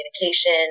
communication